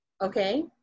okay